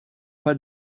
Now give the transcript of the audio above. pas